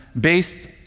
based